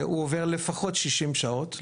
הוא עובר לפחות 60 שעות,